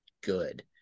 good